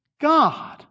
God